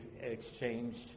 exchanged